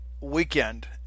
weekend